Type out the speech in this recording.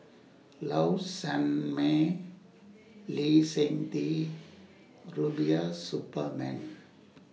Low Sanmay Lee Seng Tee Rubiah Suparman